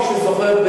מי שזוכר,